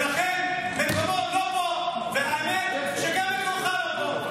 ולכן מקומו לא פה, והאמת שגם מקומך לא פה.